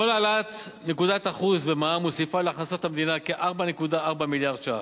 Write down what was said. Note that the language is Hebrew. כל העלאת נקודת אחוז במע"מ מוסיפה להכנסות המדינה כ-4.4 מיליארד ש"ח.